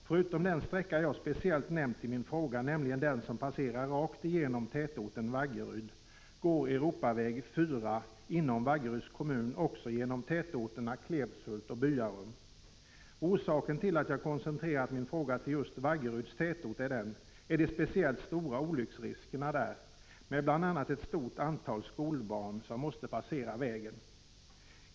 Förutom den sträcka jag speciellt nämnt i min fråga, nämligen den som passerar rakt igenom tätorten Vaggeryd, går Europaväg 4 inom Vaggeryds Orsaken till att jag koncentrerat min fråga till just Vaggeryds tätort är de speciellt stora olycksriskerna där, med bl.a. ett stort antal skolbarn som måste passera vägen.